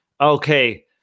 Okay